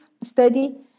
study